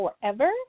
forever